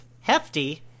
Hefty